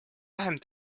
vähem